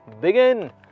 begin